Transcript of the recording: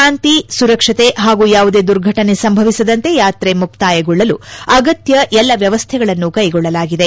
ಶಾಂತಿ ಸುರಕ್ಷಕೆ ಹಾಗೂ ಯಾವುದೇ ದುರ್ಘಟನೆ ಸಂಭವಿಸದಂತೆ ಯಾತ್ರೆ ಮುಕ್ತಾಯಗೊಳ್ಳಲು ಅಗತ್ಯ ಎಲ್ಲ ವ್ಯವಸ್ಥೆಗಳನ್ನು ಕೈಗೊಳ್ಳಲಾಗಿದೆ